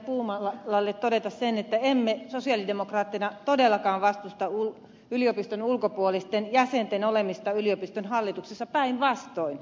puumalalle todeta sen että emme sosialidemokraatteina todellakaan vastusta yliopiston ulkopuolisten jäsenten olemista yliopiston hallituksessa päinvastoin